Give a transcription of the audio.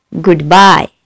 goodbye